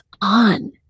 on